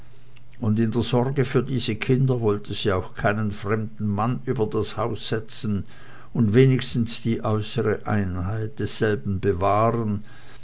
und in der sorge für diese kinder wollte sie auch keinen fremden mann über das haus setzen und wenigstens die äußere einheit desselben bewahren